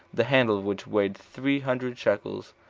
the handle of which weighed three hundred shekels,